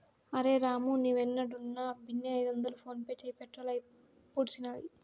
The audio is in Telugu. అరె రామూ, నీవేడున్నా బిన్నే ఐదొందలు ఫోన్పే చేయి, పెట్రోలు అయిపూడ్సినాది